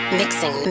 mixing